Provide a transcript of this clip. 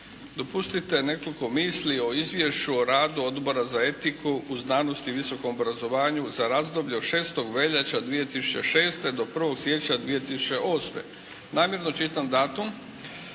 Dopustite nekoliko misli o izvješću o radu Odbora za etiku u znanosti i voskom obrazovanju za razdoblje od 6. veljače 2006. do 1. siječnja 2008. Namjerno čitam datum